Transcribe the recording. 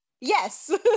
Yes